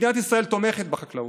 מדינת ישראל תומכת בחקלאות,